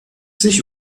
sich